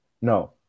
no